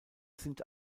sind